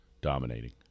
dominating